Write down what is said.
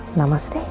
namaste.